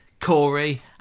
Corey